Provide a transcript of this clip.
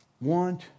want